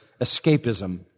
escapism